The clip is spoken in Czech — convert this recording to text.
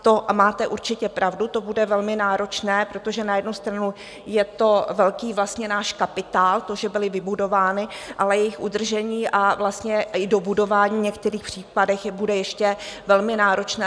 To máte určitě pravdu, to bude velmi náročné, protože na jednu stranu je to velký vlastně náš kapitál, to, že byly vybudovány, ale jejich udržení i dobudování v některých případech bude ještě velmi náročné.